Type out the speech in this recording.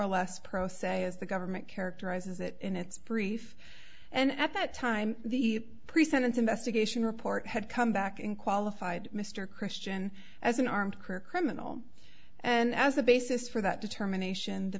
or less pro se as the government characterizes it in its brief and at that time the pre sentence investigation report had come back in qualified mr christian as an armed criminal and as the basis for that determination t